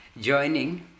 joining